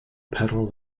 petals